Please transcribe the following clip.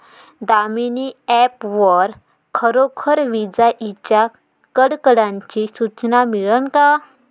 Damini app वर खरोखर विजाइच्या कडकडाटाची सूचना मिळन का?